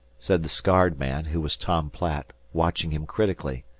said the scarred man, who was tom platt, watching him critically.